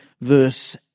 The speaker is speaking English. verse